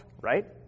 right